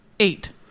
Eight